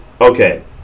okay